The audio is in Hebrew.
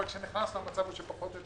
אבל כשנכנסתי היו פחות או יותר